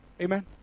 Amen